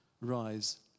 Rise